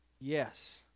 Yes